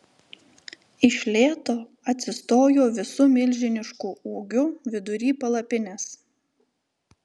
iš lėto atsistojo visu milžinišku ūgiu vidury palapinės